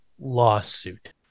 lawsuit